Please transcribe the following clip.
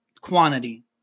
quantity